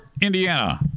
Indiana